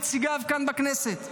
נציגיו כאן בכנסת.